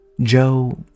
Joe